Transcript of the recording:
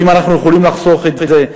ואם אנחנו יכולים לחסוך את זה,